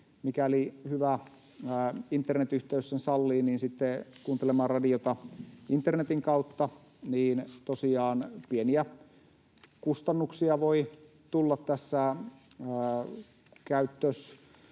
mikäli hyvä internetyhteys sen sallii, kuuntelemaan radiota internetin kautta, pieniä kustannuksia voi tulla tässä